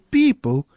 people